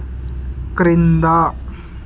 క్రింద